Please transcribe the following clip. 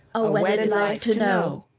a wedded life to know.